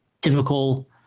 typical